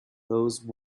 those